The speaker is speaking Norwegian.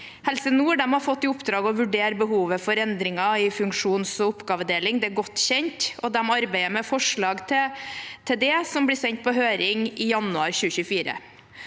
Helse nord har fått i oppdrag å vurdere behovet for endringer i funksjons- og oppgavedeling. Det er godt kjent, og de arbeider med forslag til det, som vil bli sendt på høring i januar 2024.